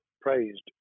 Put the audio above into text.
praised